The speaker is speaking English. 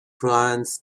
runs